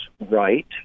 right